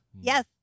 yes